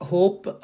Hope